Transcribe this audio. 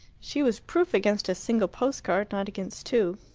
she was proof against a single post-card, not against two.